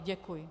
Děkuji.